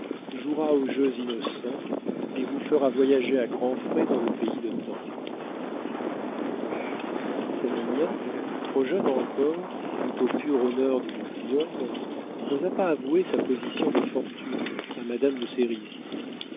jouera aux jeux innocents et vous fera voyager à grands frais dans le pays de tendre savinien trop jeune encore tout au pur honneur du gentilhomme n'osa pas avouer sa position de fortune à madame de